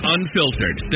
Unfiltered